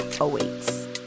awaits